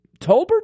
Tolbert